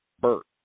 Bert